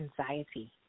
anxiety